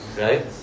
Right